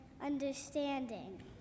understanding